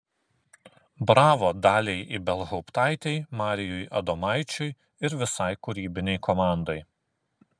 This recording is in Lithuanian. bravo daliai ibelhauptaitei marijui adomaičiui ir visai kūrybinei komandai